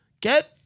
Get